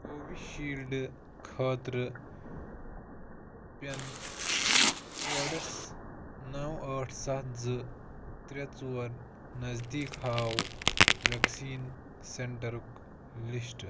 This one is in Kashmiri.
کوٚوِ شیٖلڈٕ خٲطرٕ پِن کوڈس نَو ٲٹھ سَتھ زِٕ ترٛےٚ ژور نٔزدیٖک ہاو وؠکسیٖن سینٹرُک لِسٹ